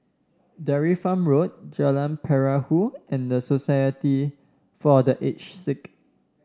Dairy Farm Road Jalan Perahu and the Society for The Aged Sick